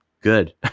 good